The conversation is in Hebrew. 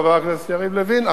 חבר הכנסת יריב לוין,